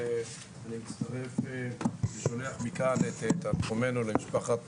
אני מצטרף ושולח מכאן את תנחומינו למשפחת